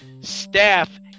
Staff